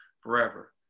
forever